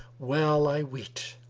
well i weet!